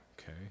okay